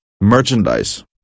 merchandise